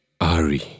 Ari